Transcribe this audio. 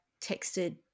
texted